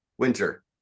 Winter